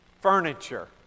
furniture